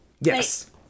Yes